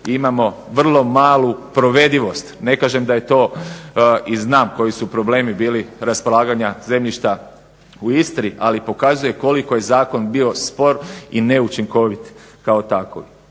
imamo vrlo malu provedivost. Ne kažem da je to i znam koji su problemi bili raspolaganja zemljišta u Istri, ali pokazuje koliko je zakon bio spor i neučinkovit kao takav.